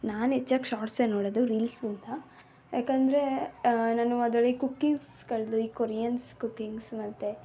ನಾನು ಹೆಚ್ಚಾಗಿ ಶಾರ್ಟ್ಸೇ ನೋಡೋದು ರೀಲ್ಸ್ಗಿಂತ ಯಾಕೆಂದ್ರೆ ನಾನು ಅದರಲ್ಲಿ ಕುಕ್ಕಿಂಗ್ಸ್ಗಳದ್ದು ಈ ಕೊರಿಯನ್ಸ್ ಕುಕ್ಕಿಂಗ್ಸ್ ಮತ್ತೆ